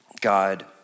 God